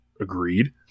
agreed